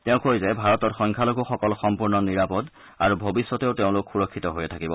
তেওঁ কয় যে ভাৰতত সংখ্যালঘুসকল সম্পূৰ্ণ নিৰাপদ আৰু ভৱিষ্যতেও তেওঁলোক সুৰক্ষিত হৈয়ে থাকিব